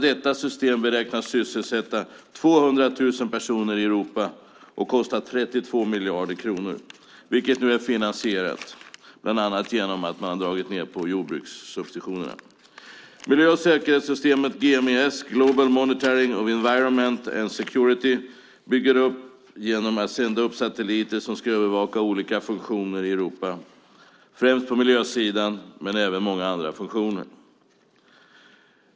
Det systemet beräknas sysselsätta 200 000 personer i Europa och kosta 32 miljarder kronor, vilket nu är finansierat bland annat genom att man har dragit ned på jordbrukssubventionerna. Miljö och säkerhetssystemet GMES, Global Monitoring for Environment and Security, byggs upp genom att sända upp satelliter som ska övervaka olika funktioner i Europa främst på miljösidan, men även många andra funktioner.